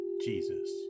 Jesus